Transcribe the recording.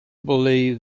believed